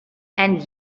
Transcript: and